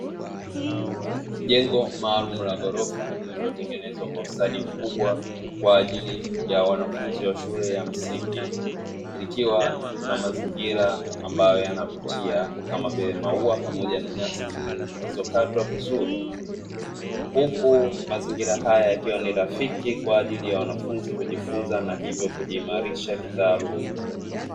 Jengo maalumu la ghorofa lililotengenezwa kwa ustadi mkubwa kwa ajili ya wanafunzi wa shule ya msingi, likiwa na mazingira ambayo yanavutia kama vile mau pamoja na nyasi zilizokatwa vizuri, huku mazingira haya yakiwa ni rafiki kwa ajili ya wanafunzi kujifunza na hivyo kujiimarisha kitaaluma.